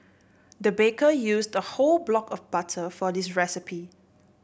the baker used a whole block of butter for this recipe